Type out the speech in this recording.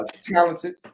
talented